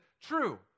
True